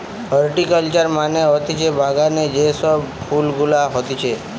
horticulture মানে হতিছে বাগানে যে সব ফুল গুলা হতিছে